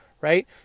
right